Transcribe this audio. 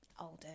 older